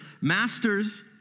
master's